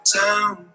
down